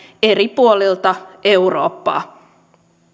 eri puolilta eurooppaa